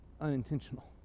unintentional